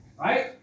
right